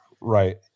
Right